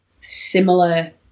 similar